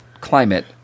climate